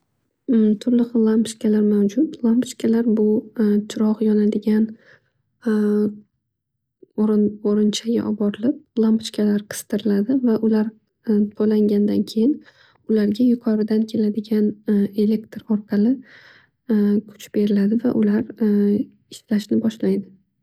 Turli xil lampochkalar mavjud. Lampochkalar bu chirog' yonadigan o'rinchaga oborilib lampochka qistiriladi va ular to'langandan keyin ularga yuqoridan keladigan elektr orqali kuch beriladi va ular ishlashni boshlaydi.